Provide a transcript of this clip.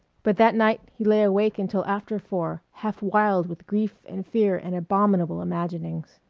but that night he lay awake until after four, half wild with grief and fear and abominable imaginings.